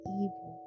evil